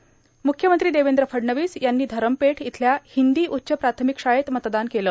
म्ख्यमंत्री देवेंद्र फडणवीस यांनी धरमपेठ इथल्या हिन्दी उच्च प्राथमिक शाळेत मतदान केलं